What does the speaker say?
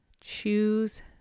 choose